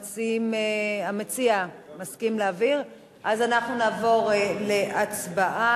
המציע מסכים להעביר אז אנחנו נעבור להצבעה.